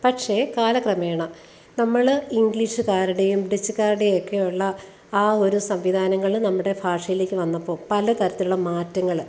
പക്ഷെ കാലക്രമേണ നമ്മള് ഇംഗ്ലീഷുകാരുടെയും ഡച്ചുകാരുടെയുമൊക്കെ ഉള്ള ആ ഒരു സംവിധാനങ്ങള് നമ്മുടെ ഭാഷയിലേക്ക് വന്നപ്പോള് പലതരത്തിലുള്ള മാറ്റങ്ങള്